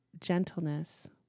gentleness